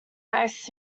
nice